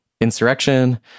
insurrection